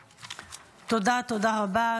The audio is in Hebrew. תודה, תודה רבה.